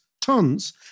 tons